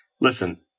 Listen